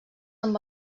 amb